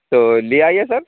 تو لے آئیے سر